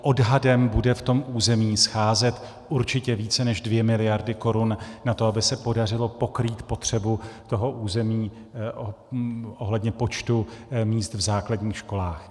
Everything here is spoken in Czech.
Odhadem bude v tom území scházet určitě více než dvě miliardy korun na to, aby se podařilo pokrýt potřebu toho území ohledně počtu míst v základních školách.